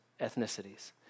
ethnicities